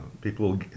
people